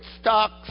stocks